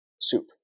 soup